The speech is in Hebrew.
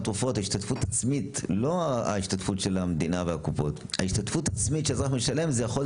ההשתתפות העצמית שהאזרח משלם על חלק מהתרופות יכולה